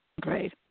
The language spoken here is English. Great